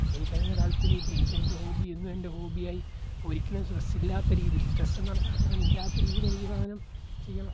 എനിക്കതിനു താത്പര്യം ഇല്ല എനിക്കെൻ്റെ ഹോബി എന്ന് എൻ്റെ ഹോബിയായി ഒരിക്കലും സ്ട്രെസ്സില്ലാത്ത രീതിയിൽ സ്ട്രെസ്സെന്നു പറയുന്ന സാധനം ഇല്ലാത്ത രീതിയിൽ എനിക്കി സാധനം ചെയ്യണം